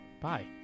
Bye